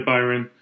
Byron